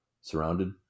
surrounded